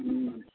हम्म